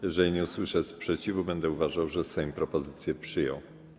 Jeżeli nie usłyszę sprzeciwu, będę uważał, że Sejm propozycję przyjął.